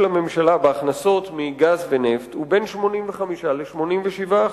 הממשלה בהכנסות מגז ונפט הוא בין 85% ל-87%.